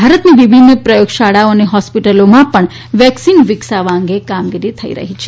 ભારતની વિભિન્ન પ્રયોગશાળાઓ અને હોસ્પિટલોમાં પણ વેકસી વિકસાવવા અંગે કામગીરી થઇ રહી છે